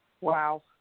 Wow